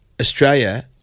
Australia